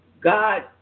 God